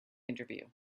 interview